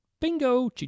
bingo